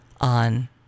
on